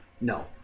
No